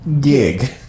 gig